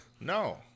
no